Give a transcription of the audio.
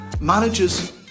managers